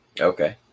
okay